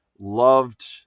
loved